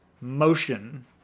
motion